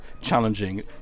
challenging